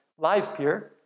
LivePeer